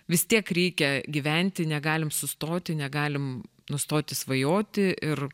vis tiek reikia gyventi negalim sustoti negalim nustoti svajoti ir